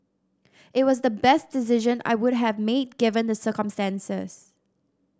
it was the best decision I would have made given the circumstances